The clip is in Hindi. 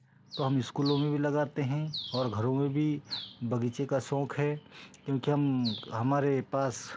तो हम इस्कूलों में भी लगाते हैं और घरों में भी बगीचे का शौक है क्योंकि हम हमारे पास